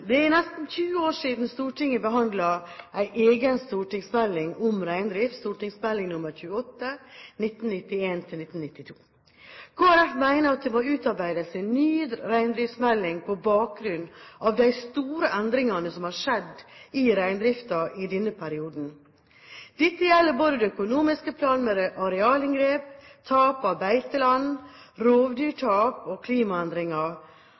Det er nesten 20 år siden Stortinget behandlet en egen stortingsmelding om reindrift, St.meld. nr. 28 for 1991–1992. Kristelig Folkeparti mener at det må utarbeides en ny reindriftsmelding på bakgrunn av de store endringene som har skjedd i reindriften i denne perioden. Dette gjelder på det økologiske plan med arealinngrep, tap av beiteland, rovdyrtap og klimaendringer,